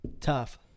Tough